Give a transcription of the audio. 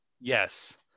Yes